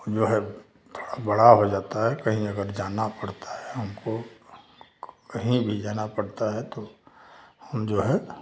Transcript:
जो है थोड़ा बड़ा हो जाता है कहीं अगर जाना पड़ता है हमको कहीं भी जाना पड़ता है तो हम जो है